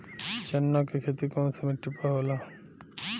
चन्ना के खेती कौन सा मिट्टी पर होला?